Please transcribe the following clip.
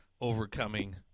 overcoming